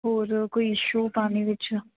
ਹੋਰ ਕੋਈ ਇਸ਼ੂ ਪਾਣੀ ਵਿੱਚ